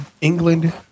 England